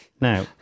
Now